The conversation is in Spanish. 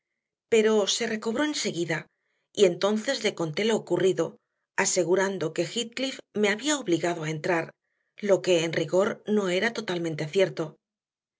pero se recobró enseguida y entonces le conté lo ocurrido asegurando que heathcliff me había obligado a entrar lo que en rigor no era totalmente cierto